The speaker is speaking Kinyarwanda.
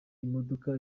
imodoka